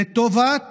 לטובת